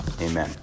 Amen